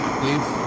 please